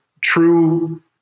true